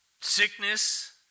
sickness